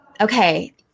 okay